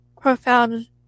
profound